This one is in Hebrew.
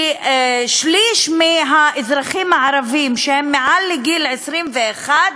כי שליש מהאזרחים הערבים שהם מעל גיל 21,